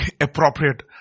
appropriate